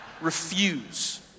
refuse